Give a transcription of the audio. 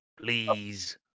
please